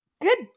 Good